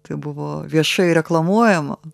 tai buvo viešai reklamuojama